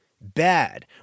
bad